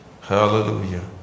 Hallelujah